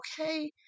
okay